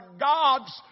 God's